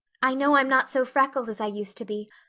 i know i'm not so freckled as i used to be,